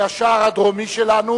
היא השער הדרומי שלנו.